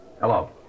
Hello